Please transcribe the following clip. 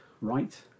right